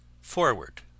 Forward